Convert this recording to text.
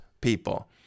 people